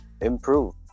improve